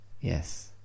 yes